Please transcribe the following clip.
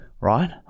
right